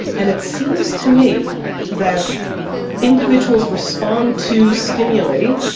and it seems to me that individuals respond to stimuli,